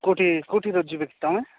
କେଉଁଠି କେଉଁଠିକି ଯିବ କି ତୁମେ